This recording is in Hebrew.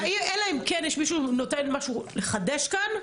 אלא אם כן מישהו אומר משהו כדי לחדש כאן,